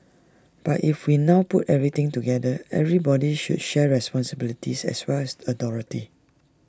but if we now put everything together everybody should share responsibilities as well as authority